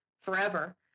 forever